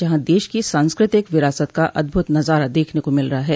जहाँ देश की सांस्कृतिक विरासत का अद्भुत नजारा देखने को मिल रहा है